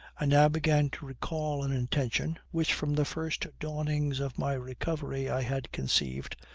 i now began to recall an intention, which from the first dawnings of my recovery i had conceived,